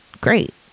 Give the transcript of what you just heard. Great